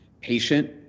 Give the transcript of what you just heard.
patient